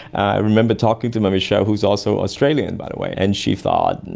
i remember talking to michelle, who is also australian by the way, and she thought, and